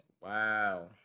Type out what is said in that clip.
Wow